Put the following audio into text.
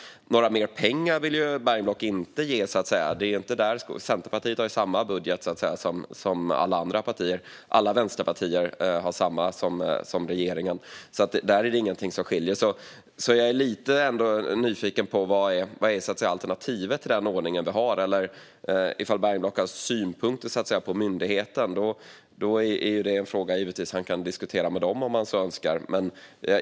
Några mer pengar vill Bergenblock inte ge. Centerpartiet har samma budget som alla andra partier. Alla vänsterpartier har samma budget som regeringen. Där är det ingenting som skiljer. Jag är ändå lite nyfiken på vad alternativet är till den ordning som redan finns. Om Bergenblock har synpunkter på myndigheten kan han diskutera med dem, om han så önskar.